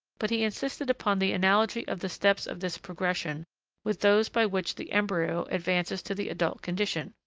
but he insisted upon the analogy of the steps of this progression with those by which the embryo advances to the adult condition,